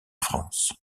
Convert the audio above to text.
france